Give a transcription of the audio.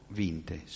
vinte